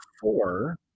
four